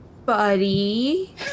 buddy